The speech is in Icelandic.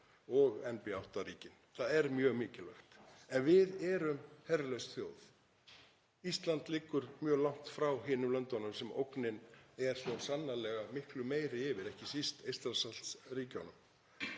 og NB8- ríkin. Það er mjög mikilvægt. En við erum herlaus þjóð. Ísland liggur mjög langt frá hinum löndunum, þar sem ógnin er svo sannarlega miklu meiri yfir, ekki síst Eystrasaltsríkjunum.